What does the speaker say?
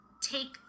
take